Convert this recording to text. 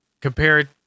compared